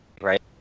right